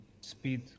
speed